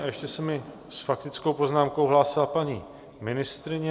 Ještě se mi s faktickou poznámkou hlásila paní ministryně.